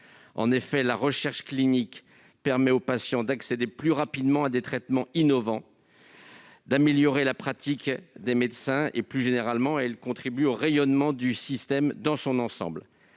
En effet, la recherche clinique permet aux patients d'accéder plus rapidement à des traitements innovants et d'améliorer la pratique des médecins. Plus généralement, elle contribue au rayonnement du système dans son ensemble.